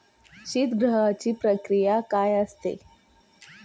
शीतगृहाची प्रक्रिया काय असते?